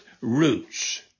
roots